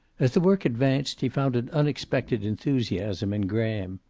as the work advanced, he found an unexpected enthusiasm in graham.